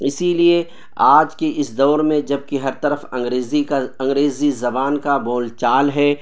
اسی لیے آج کے اس دور میں جب کہ ہر طرف انگریزی کا انگریزی زبان کا بول چال ہے